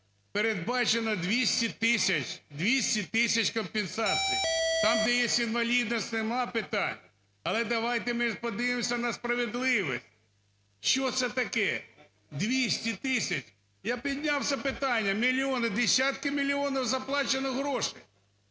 тисяч, 200 тисяч компенсації. Там, де є інвалідність, немає питань. Але давайте ми подивимося на справедливість, що це таке 200 тисяч? Я підняв це питання, мільйони, десятки мільйонів заплачено грошей.